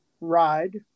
ride